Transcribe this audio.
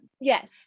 yes